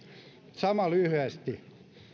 sama lyhyesti